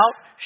out